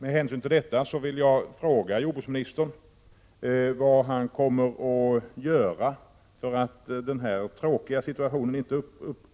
en debatt och ett samtal mellan parterna så att det inte blir konfrontation. — Prot.